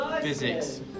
physics